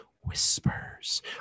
whispers